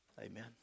Amen